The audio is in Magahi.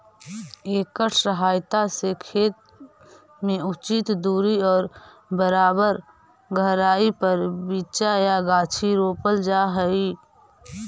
एकर सहायता से खेत में उचित दूरी और बराबर गहराई पर बीचा या गाछी रोपल जा हई